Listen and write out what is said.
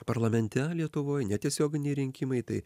parlamente lietuvoj netiesioginiai rinkimai tai